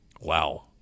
Wow